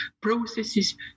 processes